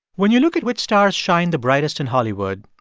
when you look at which stars shine the brightest in hollywood,